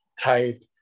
type